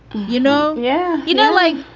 you know. yeah. you know, like,